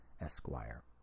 Esquire